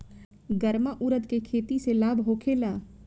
गर्मा उरद के खेती से लाभ होखे ला?